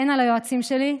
אין על היועצים שלי.